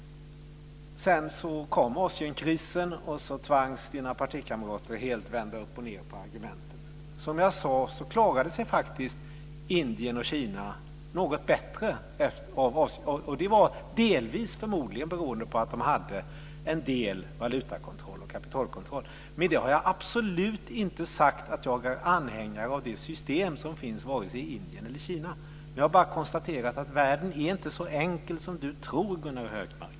Sedan kom Asienkrisen, och så tvangs hans partikamrater helt vända upp och ned på argumenten. Som jag sade klarade sig faktiskt Indien och Kina något bättre, och det var delvis förmodligen beroende på att de hade en del valutakontroll och kapitalkontroll. Med det har jag absolut inte sagt att jag är anhängare av det system som finns vare sig i Indien eller Kina. Jag har bara konstaterat att världen inte är så enkel som Gunnar Hökmark tror.